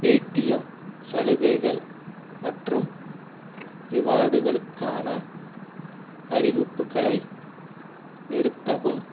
Paytm சலுகைகள் மற்றும் ரிவார்டுகளுக்கான அறிவிப்புகளை நிறுத்தவும்